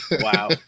Wow